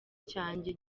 cyanjye